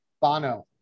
Bono